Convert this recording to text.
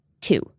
Two